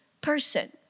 person